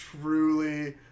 truly